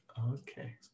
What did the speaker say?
Okay